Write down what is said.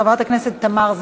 חברת הכנסת תמר זנדברג,